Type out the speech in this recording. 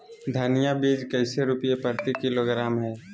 धनिया बीज कैसे रुपए प्रति किलोग्राम है?